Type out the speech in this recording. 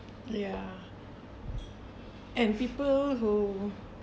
ya and people who